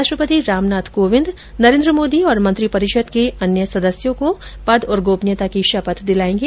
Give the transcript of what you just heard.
राष्ट्रपति रामनाथ कोविंद नरेन्द्र मोदी और मंत्रिपरिषद के अन्य सदस्यों को पद तथा गोपनीयता की शपथ दिलायेंगे